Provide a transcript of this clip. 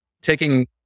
taking